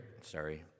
sorry